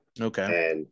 Okay